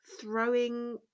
throwing